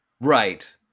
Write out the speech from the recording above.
Right